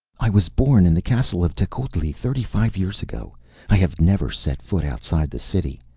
i was born in the castle of tecuhltli thirty-five years ago. i have never set foot outside the city.